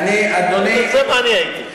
זה מה שאני הייתי.